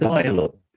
Dialogue